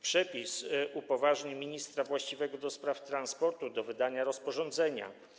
Przepis upoważni ministra właściwego do spraw transportu do wydania rozporządzenia.